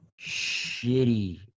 shitty